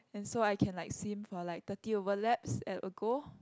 and so I can like swim for like thirty over laps at a go